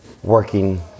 Working